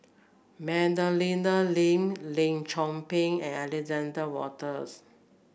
Madeleine Lee Lim Chor Pee and Alexander Wolters